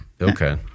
Okay